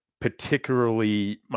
particularly